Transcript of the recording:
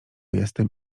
jestem